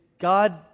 God